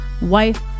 wife